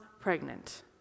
pregnant